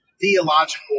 theological